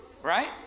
Right